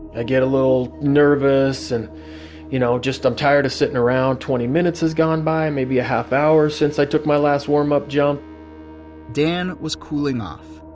ah get a little nervous and you know just i'm tired of sitting around twenty minutes has gone by, maybe a half-hour, since i took my last warm-up jump dan was cooling off.